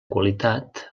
qualitat